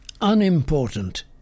unimportant